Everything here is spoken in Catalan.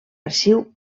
arxiu